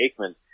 Aikman